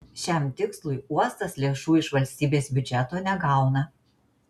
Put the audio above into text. šiam tikslui uostas lėšų iš valstybės biudžeto negauna